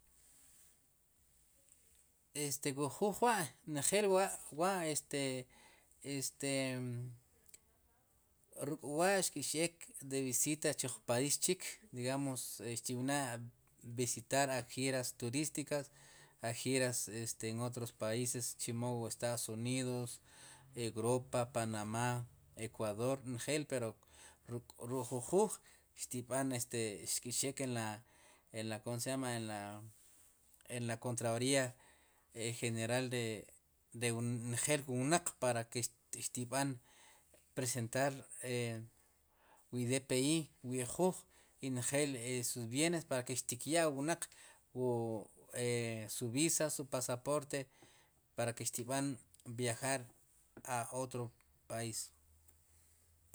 Este wu juuj wa' njel wa', wa' este ruk'wa' xkix eek de visita chu jun país chuk digamos xti'b'na' visitar hay que ir asturistikas hay ke ir a jiras en otros paises chermo wu estados unidos, europa panamá, ecuador njel pero ruk'jun juuj xtib'an este xkix eek en la, en la komsellama en la kontraloría de heneral de njel wu wnaq para ke xtib'an presentar e wu idp wu ijuj i njel sus viene para ke xtikyaa wnaq wu e su visa o su pasaporte para ke xtib'an viajar a otro país.